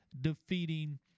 defeating